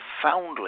profoundly